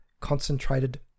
concentrated